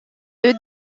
deux